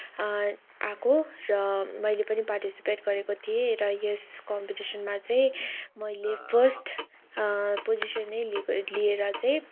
आएको र मैले पनि पार्टिसिपेट गरेको थिएँ र यस कम्पिटिसनमा चाहिँ मैले फर्स्ट पोजिसनै लिएको लिएर चाहिँ